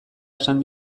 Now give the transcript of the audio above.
esan